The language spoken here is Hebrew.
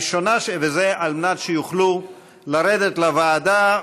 וזה על מנת שהן יוכלו לרדת לוועדה,